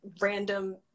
random